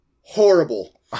horrible